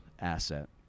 asset